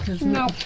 No